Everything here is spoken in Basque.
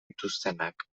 dituztenak